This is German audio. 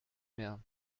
mehr